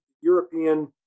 European